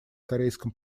корейском